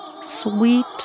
sweet